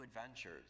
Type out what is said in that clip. adventures